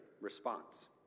response